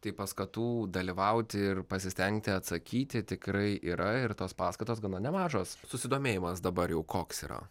taip paskatų dalyvauti ir pasistengti atsakyti tikrai yra ir tos paskatos gana nemažos susidomėjimas dabar jau koks yra